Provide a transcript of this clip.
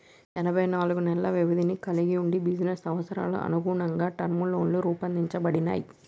ఎనబై నాలుగు నెలల వ్యవధిని కలిగి వుండి బిజినెస్ అవసరాలకనుగుణంగా టర్మ్ లోన్లు రూపొందించబడినయ్